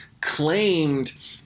claimed